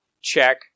Check